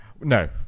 No